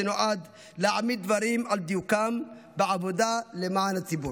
שנועד להעמיד דברים על דיוקם בעבודה למען הציבור.